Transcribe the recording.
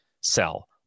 sell